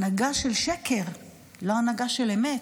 הנהגה של שקר, לא הנהגה של אמת.